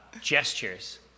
gestures